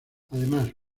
además